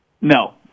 No